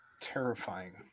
Terrifying